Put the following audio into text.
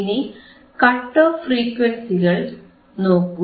ഇനി cut off ഫ്രീക്വൻസികൾ നോക്കൂ